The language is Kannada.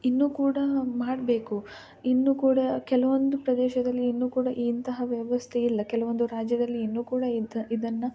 ಇನ್ನು ಕೂಡ ಮಾಡಬೇಕು ಇನ್ನು ಕೂಡ ಕೆಲವೊಂದು ಪ್ರದೇಶದಲ್ಲಿ ಇನ್ನು ಕೂಡ ಇಂತಹ ವ್ಯವಸ್ಥೆ ಇಲ್ಲ ಕೆಲವೊಂದು ರಾಜ್ಯದಲ್ಲಿ ಇನ್ನು ಕೂಡ ಇಂಥ ಇದನ್ನು